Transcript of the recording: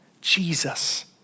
Jesus